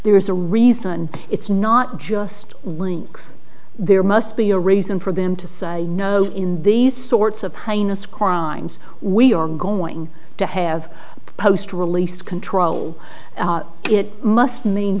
there is a reason it's not just winks there must be a reason for them to say you know in these sorts of heinous crimes we are going to have post release control it must mean